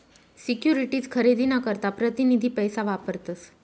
securities खरेदी ना करता प्रतीनिधी पैसा वापरतस